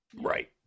Right